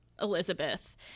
elizabeth